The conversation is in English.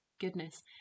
goodness